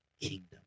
kingdom